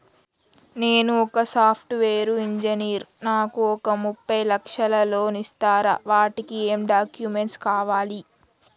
నేను ఒక software engineer నాకు ఒక ముప్పై లక్షల లోన్ ఇస్తరా? వాటికి ఏం డాక్యుమెంట్స్ కావాలి?